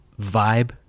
vibe